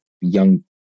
young